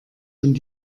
und